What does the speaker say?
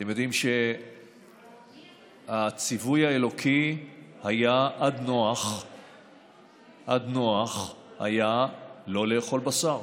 אתם יודעים שהציווי האלוקי עד נח היה לא לאכול בשר,